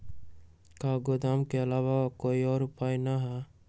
का गोदाम के आलावा कोई और उपाय न ह?